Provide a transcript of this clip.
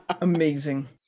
Amazing